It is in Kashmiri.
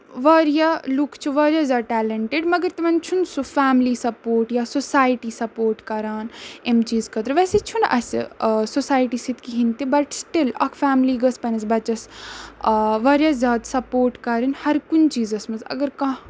واریاہ لُکھ چھِ واریاہ زیادٕ ٹیلینٹِڈ مَگر تِمن چھُںہٕ سُہ فیملی سَپورٹ یا سوسایٹی سَپورٹ کران اَمہِ چیٖز خٲطرٕ ویسے چھُنہٕ اَسہِ سوسایٹی سۭتۍ کِہینۍ تہِ بَٹ سِٹٕل اکھ فیملی گٔژھ پَنٕنِس بَچَس آ واریاہ زیادٕ سَپورٹ کَرٕنۍ ہر کُنہِ چیٖزَس منٛز اَگر کانٛہہ